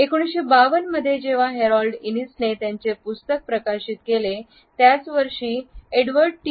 1952 मध्ये जेव्हा हॅरोल्ड इनिसने त्यांचे पुस्तक प्रकाशित केले त्याच वर्षी एडवर्ड टी